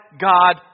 God